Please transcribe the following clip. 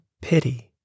pity